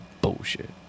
Bullshit